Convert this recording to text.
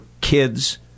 kids